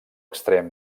extrem